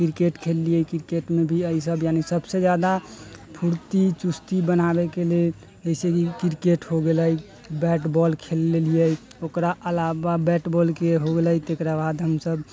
cricket खेललियै क्रिकेटमे भी यहीसब यानि सबसँ जादा फूर्ती चुस्ती बनाबैके लेल जैसे की क्रिकेट हो गेलै बैट बॉल खेल लेलियै ओकरा अलावा बैट बॉलके हो गेलै तकरा बाद हमसब